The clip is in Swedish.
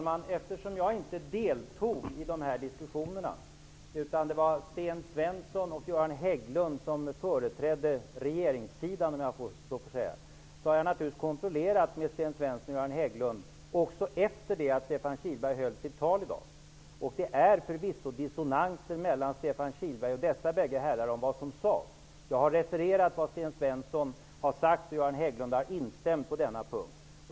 Herr talman! Jag deltog inte i de här diskussionerna, utan det var Sten Svensson och Göran Hägglund som företrädde regeringssidan, om jag så får säga. Därför har jag naturligtvis kontrollerat med Sten Svensson och Göran Hägglund också efter det att Stefan Kihlberg höll sitt tal i dag. Det är förvisso dissonanser mellan Stefan Kihlberg och dessa båda herrar om vad som sades. Jag har refererat vad Sten Svensson har sagt, och Göran Hägglund har instämt på denna punkt.